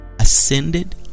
ascended